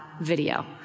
video